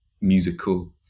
musical